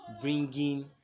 bringing